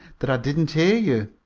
that i didn't hear you.